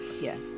Yes